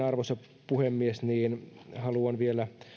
arvoisa puhemies haluan vielä